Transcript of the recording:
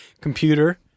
computer